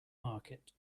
market